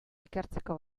ikertzeko